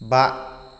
बा